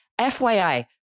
FYI